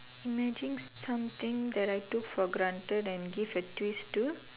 imagine something that I took for granted that I give a twist to